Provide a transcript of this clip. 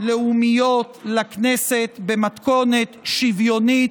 לאומיות לכנסת במתכונת שוויונית,